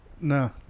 No